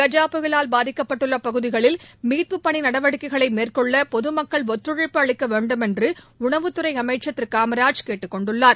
கஜ புயலால் பாதிக்கப்பட்டுள்ள பகுதிகளில் மீட்புப் பணி நடவடிக்கைகளை மேற்கொள்ள பொது மக்கள் ஒத்துழைப்பு அளிக்க வேண்டும் என்று உணவுத்துறை அமைச்சர் திரு காமராஜ் கேட்டுக்கொண்டுள்ளார்